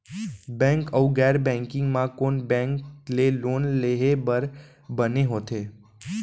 Bank अऊ गैर banking म कोन बैंक ले लोन लेहे बर बने होथे?